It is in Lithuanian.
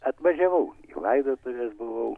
atvažiavau į laidotuves buvau